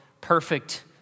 perfect